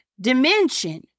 dimension